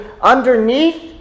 underneath